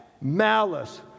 malice